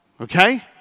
Okay